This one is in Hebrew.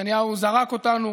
נתניהו זרק אותנו.